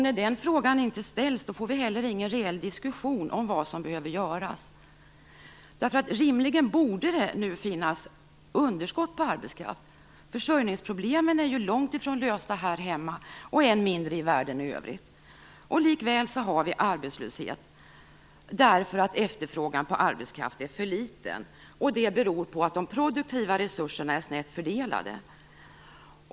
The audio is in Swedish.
När den frågan inte ställs får vi heller ingen reell diskussion om vad som behöver göras. Rimligen borde det nu finnas underskott på arbetskraft. Försörjningsproblemen är ju långt ifrån lösta här hemma och än mindre i världen i övrigt. Likväl har vi arbetslöshet därför att efterfrågan på arbetskraft är för liten. Det beror på att de produktiva resurserna är snett fördelade.